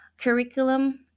curriculum